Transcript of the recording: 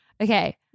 Okay